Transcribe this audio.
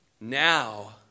Now